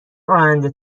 راننده